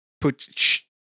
put